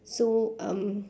so um